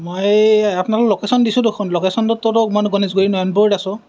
মই আপোনালোকক ল'কেচন দিছো দেখোন ল'কেচনটোততো মই গণেশগুৰিৰ নয়নপুৰত আছোঁ